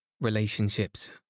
relationships